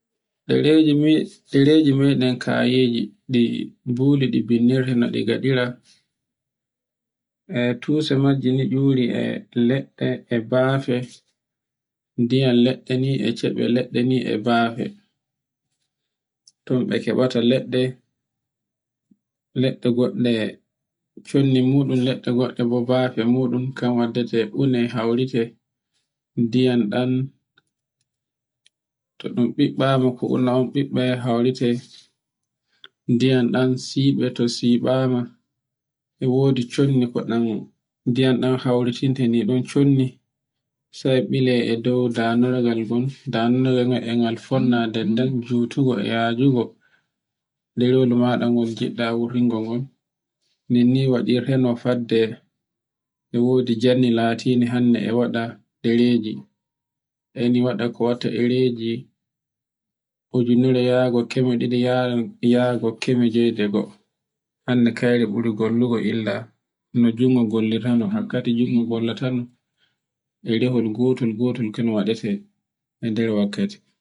ɗereji meɗen kayeji e buli ɗi bindirta noɗe gaɗira, e tusa majje newuri e leɗɗe e bafe, ndiyam leɗɗe ni, e ceɓe leɗɗe ni, e bafe. Ton be keɓeta leɗɗe, leɗɗe goɗɗe shondi muɗum, leɗɗe goɗɗe bo bafe muɗum kan waddete ɗume haurete ndiyan ɗan, to un ɓiɓɓama ko una on ɓeɓɓe hawrite ndiyam ɗan siɓoto, to siɓama, e wodi shondi ko ɗan ɗiyan ɗan hawritinde niɗon shondi sai bele e dow danorgal ngal, danorgal ngal e gal fonna nder dan jutungo e yajugo. derewol maɗa ngl giɗɗa wurtingol ngol nini waɗirto no fadde, e wodi janne no latinɗe hannde e waɗa ɗereji. e ni waɗa ko watta ɗereji u jinnora yawugo kemme ɗiɗi yaru kemme jewi. hande keyre buri burgo illa no jungo gollirtano gakkade jungo ngon gollatano e rehol gotol-gotol kan waɗete e nder wakkati.